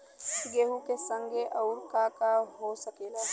गेहूँ के संगे अउर का का हो सकेला?